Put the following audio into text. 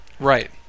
Right